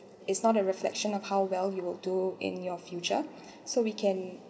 it's not a reflection of how well you will do in your future so we can